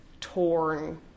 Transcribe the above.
torn